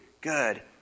good